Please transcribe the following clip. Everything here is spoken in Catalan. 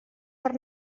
per